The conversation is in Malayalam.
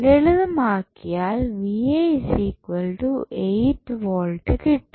ലളിതമാക്കിയാൽ കിട്ടും